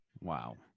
Wow